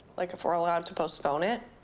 like if we're allowed to postpone it?